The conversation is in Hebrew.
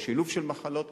או שילוב של מחלות.